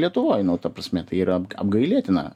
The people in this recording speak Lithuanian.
lietuvoj nu ta prasme tai yra apgailėtina